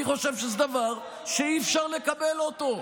אני חושב שזה דבר שאי-אפשר לקבל אותו.